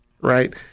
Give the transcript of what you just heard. right